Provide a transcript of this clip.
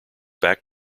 back